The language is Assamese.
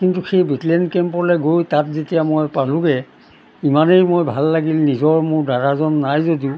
কিন্তু সেই বিটেলিয়ান কেম্পলৈ গৈ তাত যেতিয়া মই পালোঁগৈ ইমানেই মোৰ ভাল লাগিল নিজৰ মোৰ দাদাজন নাই যদিও